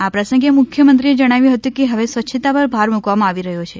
આ પ્રસંગે મુખ્યમંત્રીએ જણાવ્યું હતું કે હવે સ્વ્ય્છતા પર ભાર મુકવામાં આવી રહ્યો છે